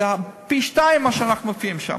זה פי-שניים ממה שאנחנו מופיעים שם.